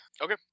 Okay